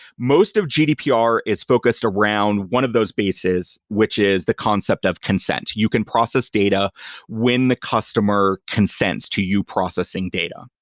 most of gdpr is focused around one of those basis, which is the concept of consent. you can process data when the customer consents to you processing data.